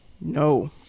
no